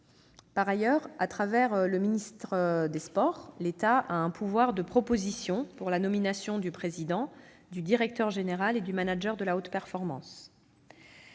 En outre, à travers le ministre des sports, l'État a un pouvoir de proposition pour la nomination du président, du directeur général et du manager de la haute performance.